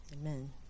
Amen